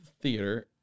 theater